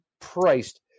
priced